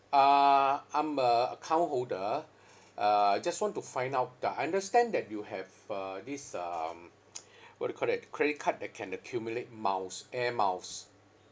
uh I'm a account holder uh I just want to find out I understand that you have uh this um what do you call that credit card that can accumulate miles Air Miles